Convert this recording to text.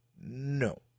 No